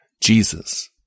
Jesus